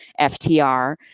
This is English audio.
FTR